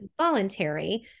voluntary